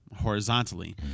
horizontally